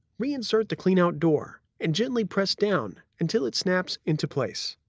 reinsert the cleanout door and gently press down until it snaps into place.